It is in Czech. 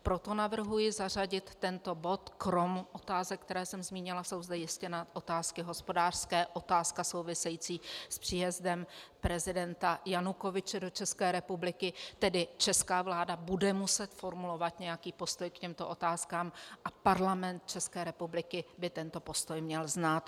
Proto navrhuji zařadit tento bod krom otázek, které jsem zmínila, jsou zde ještě otázky hospodářské, otázka související s příjezdem prezidenta Janukovyče do České republiky, tedy česká vláda bude muset formulovat nějaký postoj k těmto otázkám a Parlament České republiky by tento postoj měl znát.